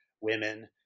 women